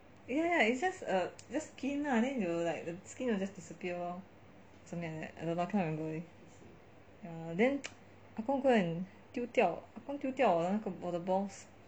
yeah it's just a just skin lah then they will like the skin will just disappear lor something like that I can't remember already ya then 阿公 go and 丢掉阿公丢掉我那个